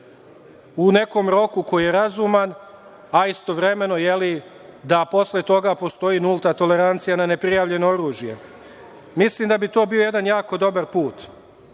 u nekom roku koji je razuman, a istovremeno da posle toga postoji nulta tolerancija na neprijavljeno oružje? Mislim da bi to bio jedan jako dobar